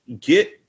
get